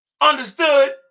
understood